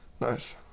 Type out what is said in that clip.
nice